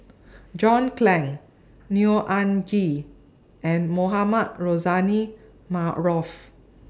John Clang Neo Anngee and Mohamed Rozani Maarof